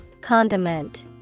Condiment